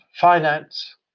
finance